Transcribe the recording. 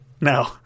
no